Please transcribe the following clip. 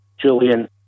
Julian